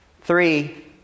Three